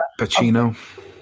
Pacino